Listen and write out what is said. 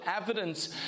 evidence